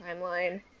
timeline